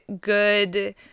good